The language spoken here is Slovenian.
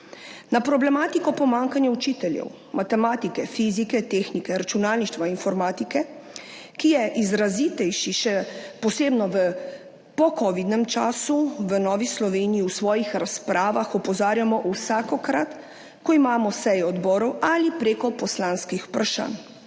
Na problematiko pomanjkanja učiteljev matematike, fizike, tehnike, računalništva, informatike, ki je izrazitejši še posebno v po covidnem času, v Novi Sloveniji v svojih razpravah opozarjamo vsakokrat, ko imamo seje odborov ali preko poslanskih vprašanj.